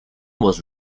was